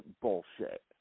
bullshit